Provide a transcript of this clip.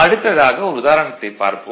அடுத்ததாக ஒரு உதாரணத்தைப் பார்ப்போம்